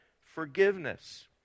forgiveness